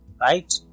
right